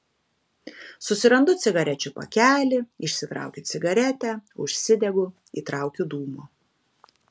susirandu cigarečių pakelį išsitraukiu cigaretę užsidegu įtraukiu dūmo